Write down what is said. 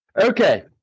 Okay